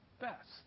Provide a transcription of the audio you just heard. best